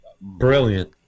brilliant